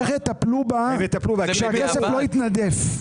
איך יטפלו בה ושהכסף לא יתנדף?